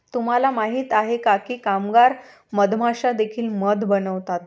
तुम्हाला माहित आहे का की कामगार मधमाश्या देखील मध बनवतात?